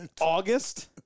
August